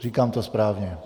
Říkám to správně?